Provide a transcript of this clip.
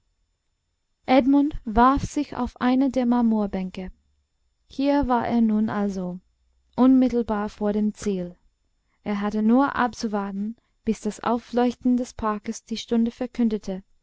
edmund warf sich auf eine der marmorbänke hier war er nun also unmittelbar vor dem ziel er hatte nur abzuwarten bis das aufleuchten des parkes die stunde verkündete